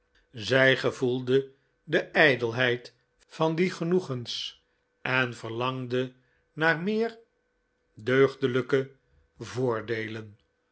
zij gevoelde de ijdelheid van die genoegens en verlangde naar meer deugdelijke voordeelen